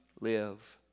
live